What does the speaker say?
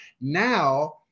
Now